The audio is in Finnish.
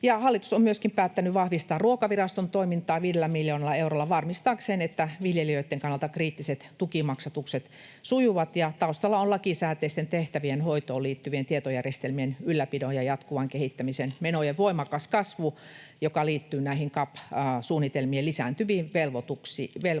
Hallitus on myöskin päättänyt vahvistaa Ruokaviraston toimintaa viidellä miljoonalla eurolla varmistaakseen, että viljelijöitten kannalta kriittiset tukimaksatukset sujuvat. Taustalla on lakisääteisten tehtävien hoitoon liittyvien tietojärjestelmien ylläpidon ja jatkuvan kehittämisen menojen voimakas kasvu, joka liittyy näihin CAP-suunnitelmien lisääntyviin velvollisuuksiin.